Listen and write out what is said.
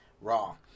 Raw